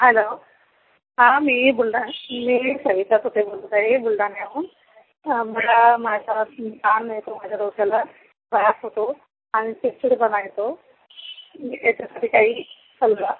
hello हां मी बुलढाणा मी सविता तुपे बोलत आहे बुलढाण्याहून हं मला माझ्यावरती ताण येतो माझ्या डोक्याला त्रास होतो आणि चिडचिडपणा येतो याच्यासाठी काही सल्ला